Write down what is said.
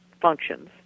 functions